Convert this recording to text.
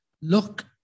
look